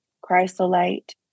chrysolite